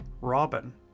Robin